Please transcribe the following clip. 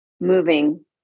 moving